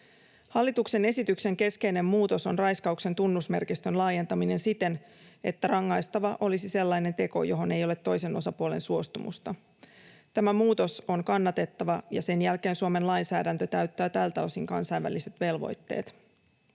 Hallituksen esityksen keskeinen muutos on raiskauksen tunnusmerkistön laajentaminen siten, että rangaistava olisi sellainen teko, johon ei ole toisen osapuolen suostumusta. Tämä muutos on kannatettava, ja sen jälkeen Suomen lainsäädäntö täyttää tältä osin kansainväliset velvoitteet.